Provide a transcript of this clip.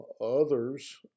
Others